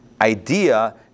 idea